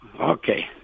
Okay